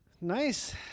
Nice